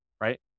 right